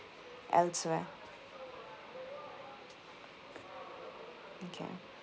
elsewhere okay